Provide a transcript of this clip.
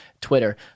Twitter